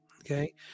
Okay